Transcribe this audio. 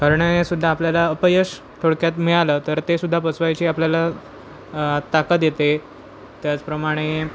हरणं हेसुद्धा आपल्याला अपयश थोडक्यात मिळालं तर तेसुद्धा पचवायची आपल्याला ताकद येते त्याचप्रमाणे